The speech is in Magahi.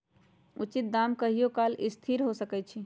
उचित दाम कहियों काल असथिर हो सकइ छै